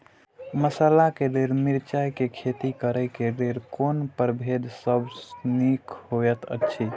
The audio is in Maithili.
मसाला के लेल मिरचाई के खेती करे क लेल कोन परभेद सब निक होयत अछि?